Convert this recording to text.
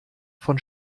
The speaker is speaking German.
von